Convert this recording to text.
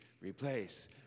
replace